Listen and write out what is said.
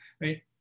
right